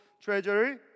treasury